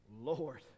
Lord